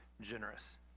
generous